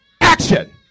action